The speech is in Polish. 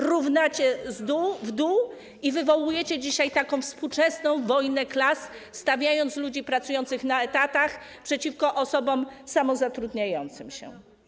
Równacie w dół i wywołujecie dzisiaj współczesną wojnę klas, stawiając ludzi pracujących na etatach przeciwko osobom samozatrudniającym się.